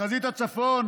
בחזית הצפון